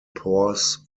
pores